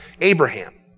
Abraham